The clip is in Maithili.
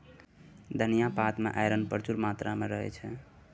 धनियाँ पात मे आइरन प्रचुर मात्रा मे रहय छै